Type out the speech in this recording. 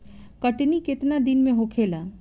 कटनी केतना दिन में होखेला?